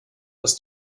dass